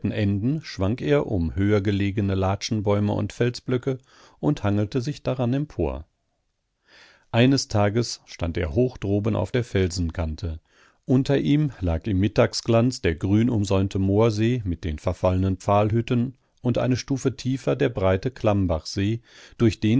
schwang er um höher gelegene latschenbäume und felsblöcke und hangelte sich daran empor eines tages stand er hoch droben auf der felsenkante unter ihm lag im mittagsglanz der grünumsäumte moorsee mit den verfallenen pfahlhütten und eine stufe tiefer der breite klammbachsee durch den